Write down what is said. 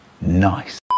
Nice